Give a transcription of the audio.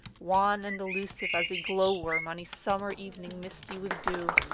wan and elusive as a glow-worm on a summer evening misty with dew.